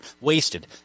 wasted